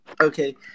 okay